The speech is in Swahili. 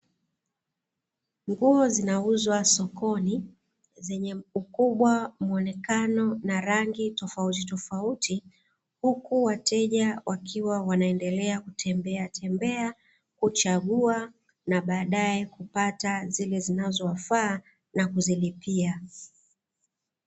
Nguo zinauzwa sokoni zenye ukubwa, muonekano, na rangi tofautitofauti, huku wateja wakiwa wanaendelea kutembeatembea, kuchagua na baadaye kupata zile zinazowafaa na kuzilipia.